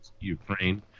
Ukraine